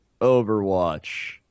Overwatch